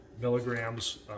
milligrams